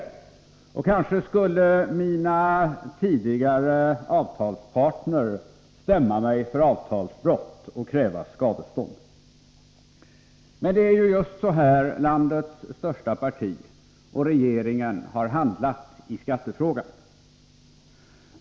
Kanske skulle mina tidigare avtalspartner stämma mig för avtalsbrott och kräva skadestånd. Det är just så landets största parti och regeringen har handlat i skattefrågan.